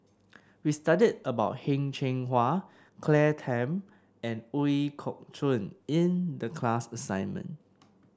we studied about Heng Cheng Hwa Claire Tham and Ooi Kok Chuen in the class assignment